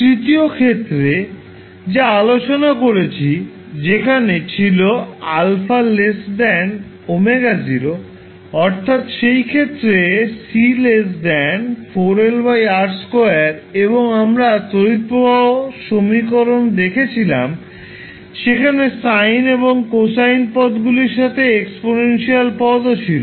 এখন তৃতীয় ক্ষেত্রে যা আলোচনা করেছি যেখানে ছিল α ω0 অর্থাৎ সেই ক্ষেত্রে C 4LR2 এবং আমরা তড়িৎ প্রবাহ সমীকরণ দেখেছিলাম সেখানে সাইন এবং কোসাইন পদ্গুলির সাথে এক্সপনেন্সিয়াল পদও ছিল